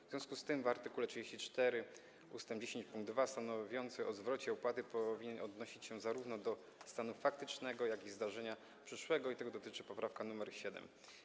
W związku z tym art. 34 ust. 10 pkt 2 stanowiący o zwrocie opłaty powinien odnosić się zarówno do stanu faktycznego, jak i zdarzenia przyszłego, i tego dotyczy poprawka nr 7.